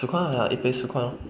十块 ah 一杯十块 lor